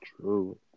True